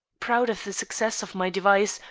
proud of the success of my device,